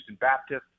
Baptist